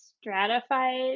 stratified